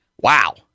Wow